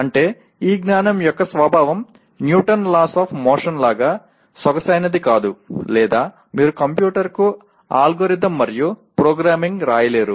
అంటే ఈ జ్ఞానం యొక్క స్వభావం న్యూటన్ లాస్ ఆఫ్ మోషన్ లాగా సొగసైనది కాదు లేదా మీరు కంప్యూటర్కు అల్గోరిథం మరియు ప్రోగ్రామింగ్ రాయలేరు